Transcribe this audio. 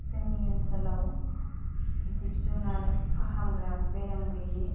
जोंनि ओनसोलाव जिब जुनार फाहामग्रा बेराम गोयै